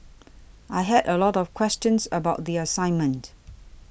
I had a lot of questions about the assignment